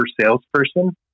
salesperson